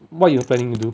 what you planning to do